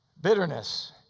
Bitterness